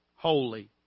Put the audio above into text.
Holy